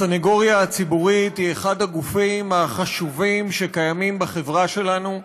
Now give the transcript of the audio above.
הסנגוריה הציבורית היא אחד הגופים החשובים שקיימים בחברה שלנו,